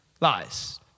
lies